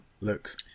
looks